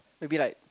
we'll be like